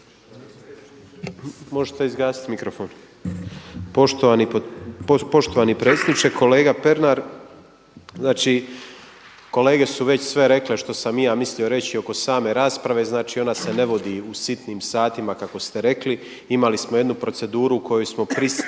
Nikola (MOST)** Poštovani predsjedniče, kolega Pernar znači kolege su već sve rekle što sam i ja mislio reći oko same rasprave, znači ona se ne vodi u sitnim satima kako ste rekli. Imali smo jednu proceduru koju smo pristali